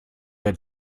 der